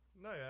No